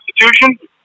Constitution